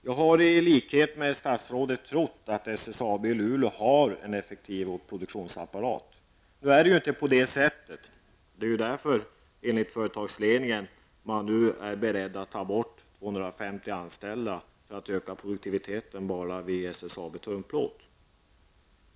Jag har i likhet med statsrådet trott att SSAB i Luleå har en effektiv produktionsapparat. Nu är det dock inte så, och därför är man enligt företagsledningen beredd att ta bort 250 anställda för att öka produktiviteten vid SSAB Tunnplåt.